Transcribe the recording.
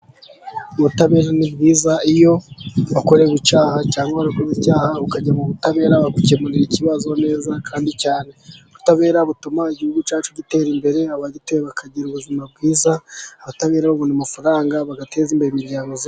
Ubutabera ni bwiza, iyo wakorewe icyaha cyangwa warakoze icyaha ukajya mu butabera, bagukemurira ikibazo neza. Ubutabera butuma igihugu cyacu gitera imbere abagituye bakagira ubuzima bwiza, abatabera babona amafaranga bagateza imbere imiryango yabo.